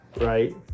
Right